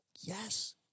Yes